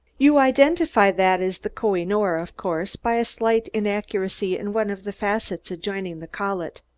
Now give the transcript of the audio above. you identify that as the koh-i-noor, of course, by a slight inaccuracy in one of the facets adjoining the collet.